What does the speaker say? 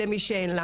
למי שאין לה.